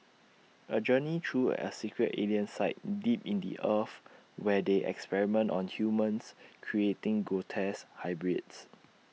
A journey through A secret alien site deep in the earth where they experiment on humans creating grotesque hybrids